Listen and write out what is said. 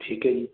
ਠੀਕ ਹੈ ਜੀ